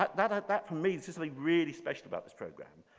but that ah that for me says a really special about this program.